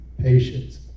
patience